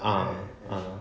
ah ah